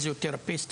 פיזיותרפיסט,